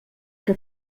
que